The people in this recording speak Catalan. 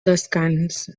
descans